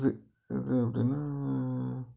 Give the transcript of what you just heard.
இது இது அப்படினா